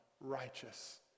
righteous